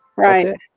right,